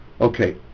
Okay